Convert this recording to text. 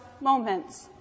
moments